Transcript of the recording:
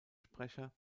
sprecher